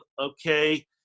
okay